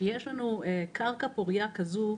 כשיש לנו קרקע פורייה כזו,